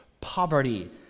poverty